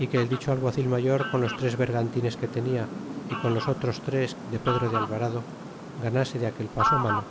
y que el dicho al guacil mayor con los tres bergantines que tenia y con los otro ires de pedro de alvarado ganase aquel paso malo